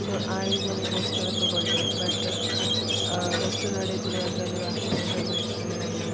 so ಆ ರೀಸನ್ನಿಗೋಸ್ಕರ ತೊಗೊಂಡೆ ಬಟ್ ಎಷ್ಟು ನಡೆದರೂ ಅದರಲ್ಲಿ ವಾಕಿಂಗ್ ಮೆಝರ್ಮೆಂಟ್ ಬೀಳಲ್ಲ